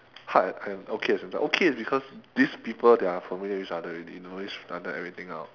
hard and okay at the same time okay is because these people they are familiar with each other already know each other everything out